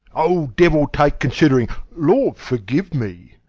oh, devil take considering lord forgive me!